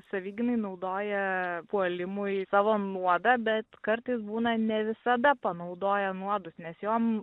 savigynai naudoja puolimui savo nuodą bet kartais būna ne visada panaudoja nuodus nes jom